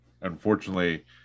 unfortunately